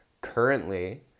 currently